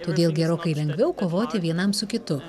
todėl gerokai lengviau kovoti vienam su kitu